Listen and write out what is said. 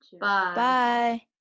Bye